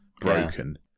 broken